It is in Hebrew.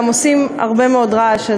גם עושים הרבה מאוד רעש.